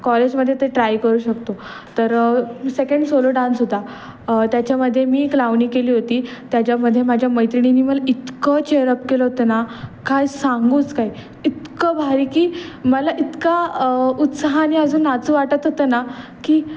कॉलेजमध्ये ते ट्राय करू शकतो तर सेकंड सोलो डान्स होता त्याच्यामध्ये मी एक लावणी केली होती त्याच्यामध्ये माझ्या मैत्रिणींनी मला इतकं चेअरअप केलं होतं ना काय सांगूच काय इतकं भारी की मला इतका उत्साह आणि अजून नाचू वाटत होतं ना की